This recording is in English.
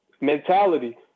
mentality